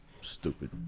Stupid